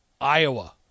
Iowa